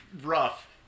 rough